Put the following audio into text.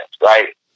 Right